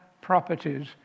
properties